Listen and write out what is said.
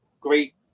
great